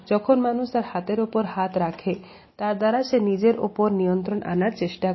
যখন মানুষ তার হাতের উপর হাত রাখে তার দ্বারা সে নিজের ওপরে নিয়ন্ত্রণে আনার চেষ্টা করে